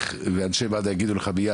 אנשי מד"א יגידו לך מיד,